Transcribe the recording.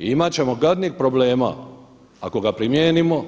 I imat ćemo gadnih problema ako ga primijenimo